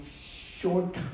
short